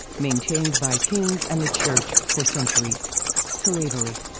maintained by kings and the church for centuries slavery